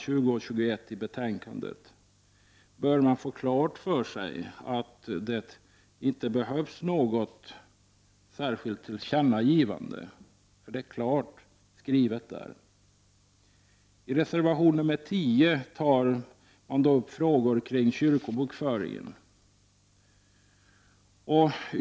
20—21 i betänkandet, bör man få klart för sig att det inte behövs något särskilt tillkännagivande. Det är klart angivet. I reservation nr 10 tar man upp frågor kring kyrkobokföringen.